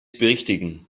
berichtigen